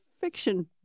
fiction